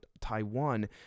Taiwan